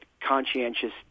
conscientious